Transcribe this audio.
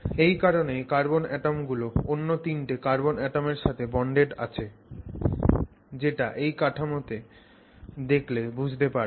এই কারনেই carbon atom গুলো অন্য তিনটে কার্বন অ্যাটমের সাথে বন্ডেড আছে যেটা এই কাঠামোটাকে দেখলে বুঝতে পারবে